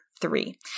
three